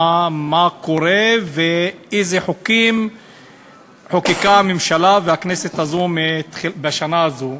מה קורה ואיזה חוקים חוקקו הממשלה והכנסת הזו בשנה הזו,